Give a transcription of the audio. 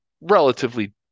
relatively